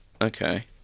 okay